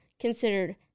considered